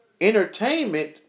entertainment